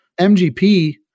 MGP